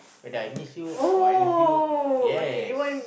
whether I miss you or I love you yes